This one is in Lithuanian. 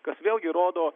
kas vėlgi rodo